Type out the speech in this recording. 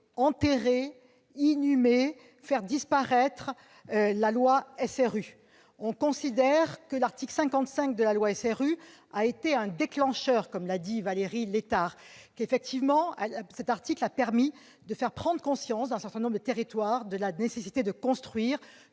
enterrer, inhumer ou faire disparaître la loi SRU. L'article 55 de la loi SRU a été un déclencheur, comme l'a dit Valérie Létard, qui a permis de faire prendre conscience à un certain nombre de territoires de la nécessité de construire